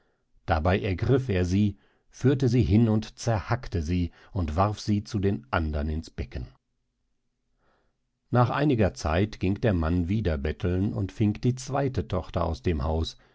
damit ergriff er sie führte sie hin und zerhackte sie und warf sie zu den andern ins becken nach einiger zeit ging der mann wieder betteln und fing die zweite tochter aus dem haus